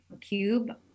Cube